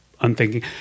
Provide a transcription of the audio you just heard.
unthinking